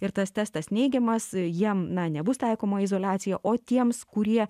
ir tas testas neigiamas jiem na nebus taikoma izoliacija o tiems kurie